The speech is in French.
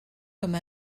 comme